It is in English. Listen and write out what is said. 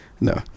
no